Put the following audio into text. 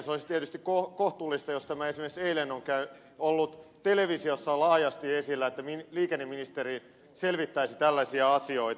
olisi tietysti kohtuullista jos tämä esimerkiksi eilen on ollut televisiossa laajasti esillä että liikenneministeri selvittäisi tällaisia asioita